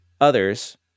others